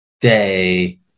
day